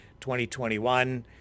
2021